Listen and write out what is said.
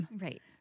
Right